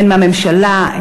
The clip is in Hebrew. הן מהממשלה,